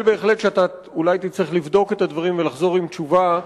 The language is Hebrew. שאתה אולי תצטרך לבדוק את הדברים ולחזור עם תשובה,